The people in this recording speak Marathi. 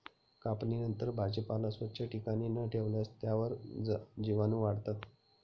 कापणीनंतर भाजीपाला स्वच्छ ठिकाणी न ठेवल्यास त्यावर जीवाणूवाढतात